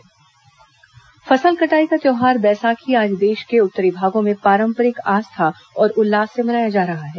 बैसाखी फसल कटाई का त्यौहार बैसाखी आज देश के उत्तरी भागों में पारम्परिक आस्था और उल्लास से मनाया जा रहा है